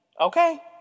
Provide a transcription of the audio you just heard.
Okay